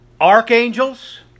archangels